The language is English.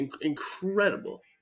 incredible